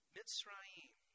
Mitzrayim